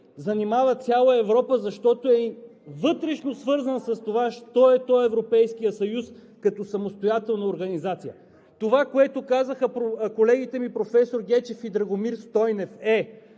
занимава цяла Европа, защото е вътрешносвързан с това що е то Европейският съюз като самостоятелна организация. Това, което казаха колегите ми професор Гечев и Драгомир Стойнев, е